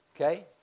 Okay